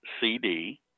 CD